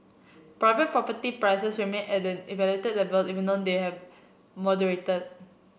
private property prices remain at an elevated level even though they have moderated